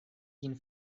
ĝin